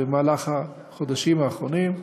במהלך החודשים האחרונים,